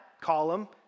column